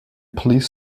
please